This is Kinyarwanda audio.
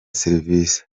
serivisi